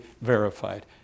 verified